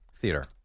Theater